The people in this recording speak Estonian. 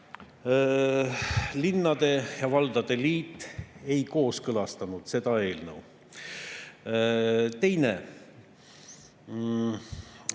Linnade ja Valdade Liit ei kooskõlastanud seda eelnõu. Teine.